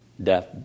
Death